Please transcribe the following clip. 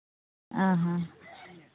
ᱚ ᱦᱚᱸ